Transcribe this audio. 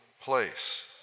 place